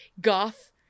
goth